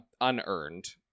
unearned